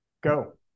Go